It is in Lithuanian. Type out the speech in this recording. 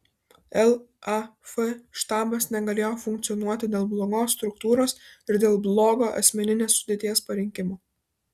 laf štabas negalėjo funkcionuoti dėl blogos struktūros ir dėl blogo asmeninės sudėties parinkimo